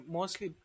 Mostly